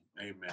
Amen